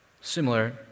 Similar